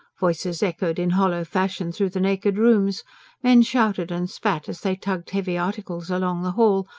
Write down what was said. voices echoed in hollow fashion through the naked rooms men shouted and spat as they tugged heavy articles along the hall,